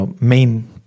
main